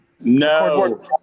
No